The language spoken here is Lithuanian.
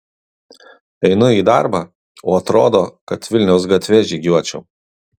einu į darbą o atrodo kad vilniaus gatve žygiuočiau